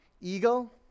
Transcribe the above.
eagle